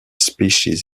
species